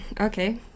okay